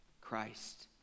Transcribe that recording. Christ